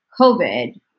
covid